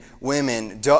women